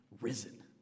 risen